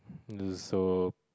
this is so